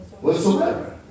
Whatsoever